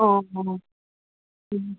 ꯑꯣ ꯎꯝ